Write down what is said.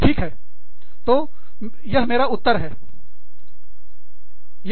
ठीक है तो यह मेरा उत्तर है